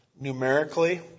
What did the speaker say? numerically